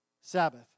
Sabbath